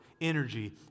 energy